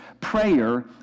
prayer